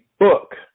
book